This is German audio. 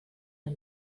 der